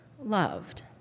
loved